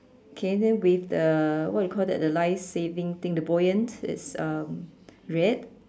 K then with the what you call that the life saving thing the buoyant is um red